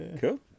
Cool